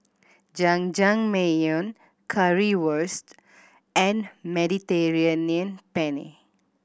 Jajangmyeon Currywurst and Mediterranean Penne